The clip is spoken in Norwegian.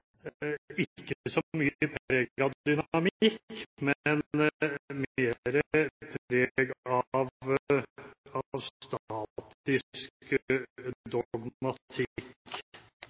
ikke så mye preg av dynamikk, men mer preg av statisk dogmatikk.